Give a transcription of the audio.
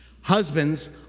Husbands